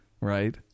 Right